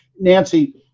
Nancy